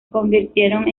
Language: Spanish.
convirtieron